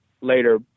later